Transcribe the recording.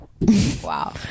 wow